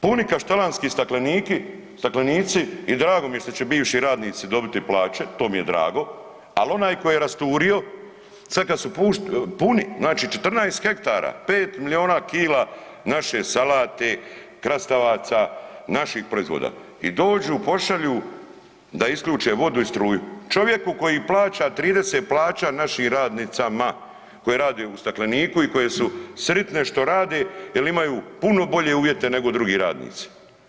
Puni kaštelanski staklenici stakleniki, staklenici i drago mi je što će bivši radnici dobiti plaće to mi je drago, ali onaj koji je rasturio sad kad su puni, znači 14 hektara, 5 miliona kila naše salate, krastavaca, naših proizvoda i dođu pošalju da isključe vodu i struju čovjeku koji plaća 30 plaća našim radnicama koje rade u stakleniku i koje su sritne što rade jer imaju puno bolje uvjete nego drugi radnici.